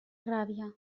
ràbia